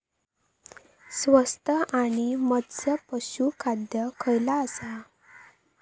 स्वस्त आणि मस्त पशू खाद्य खयला आसा?